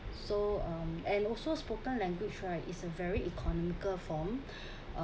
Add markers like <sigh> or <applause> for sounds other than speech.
so um and also spoken language right is a very economical form <breath> uh